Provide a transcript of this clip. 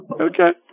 Okay